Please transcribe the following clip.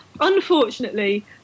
Unfortunately